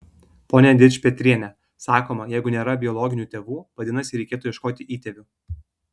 pone dičpetriene sakoma jeigu nėra biologinių tėvų vadinasi reikėtų ieškoti įtėvių